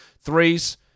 threes